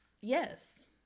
Yes